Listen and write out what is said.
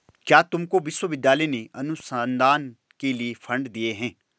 क्या तुमको विश्वविद्यालय ने अनुसंधान के लिए फंड दिए हैं?